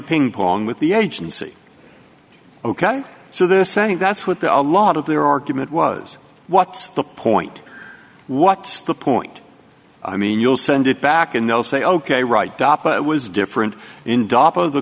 ping pong with the agency ok so they're saying that's what the a lot of their argument was what's the point what's the point i mean you'll send it back and they'll say ok right dop but it was different